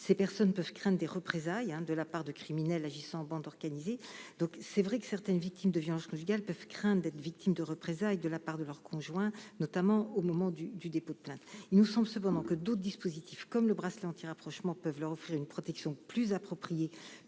Ces personnes peuvent en effet craindre des représailles de la part de criminels agissant en bande organisée. Il est vrai que certaines victimes de violences conjugales peuvent craindre d'être victimes de représailles de la part de leur conjoint, notamment au moment du dépôt de plainte. Il nous semble cependant que d'autres dispositifs, comme le bracelet anti-rapprochement, peuvent leur offrir une protection plus appropriée